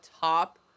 top